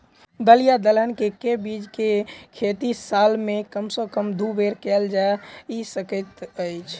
दल या दलहन केँ के बीज केँ खेती साल मे कम सँ कम दु बेर कैल जाय सकैत अछि?